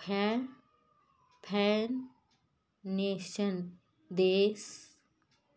finance देस